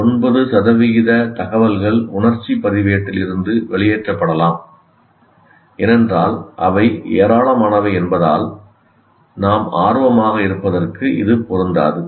9 சதவிகித தகவல்கள் உணர்ச்சி பதிவேட்டில் இருந்து வெளியேற்றப்படலாம் ஏனென்றால் அவை ஏராளமானவை என்பதால் நாம் ஆர்வமாக இருப்பதற்கு இது பொருந்தாது